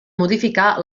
modificar